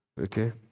Okay